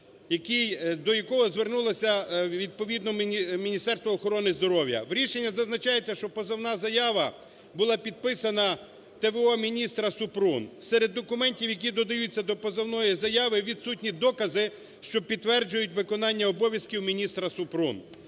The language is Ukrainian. до якого звернулося відповідно Міністерство охорони здоров'я. В рішенні зазначається, що позовна заява була підписана т.в.о. міністра Супрун. Серед документів, які додаються до позовної заяви, відсутні докази, що підтверджують виконання обов'язків міністра Супрун.